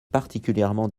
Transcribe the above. particulièrement